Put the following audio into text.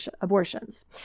abortions